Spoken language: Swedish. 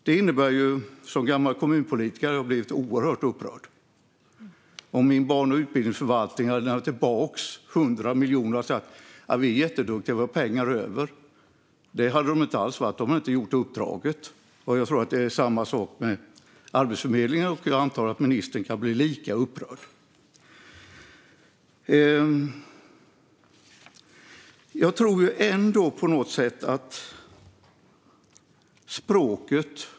Jag hade som gammal kommunpolitiker blivit oerhört upprörd om min barn och utbildningsförvaltning hade lämnat tillbaka 100 miljoner och sagt att de var jätteduktiga och fick pengar över. De hade inte alls varit duktiga eftersom de inte hade fullgjort uppdraget. Jag tror att det är samma sak med Arbetsförmedlingen, och jag antar att ministern kan bli lika upprörd.